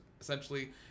essentially